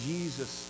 Jesus